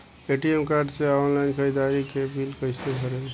ATM card से online ख़रीदारी के बिल कईसे भरेम?